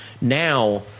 now